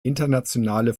internationale